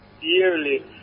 yearly